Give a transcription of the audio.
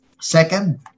Second